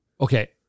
Okay